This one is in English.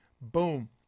Boom